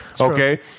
okay